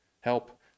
help